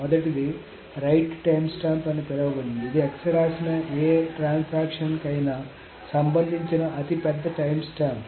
మొదటిది write timestamp అని పిలువబడుతుంది ఇది x రాసిన ఏ ట్రాన్సాక్షన్ కైనా సంబంధించిన అతి పెద్ద టైమ్స్టాంప్